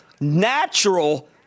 natural